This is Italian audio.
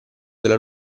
della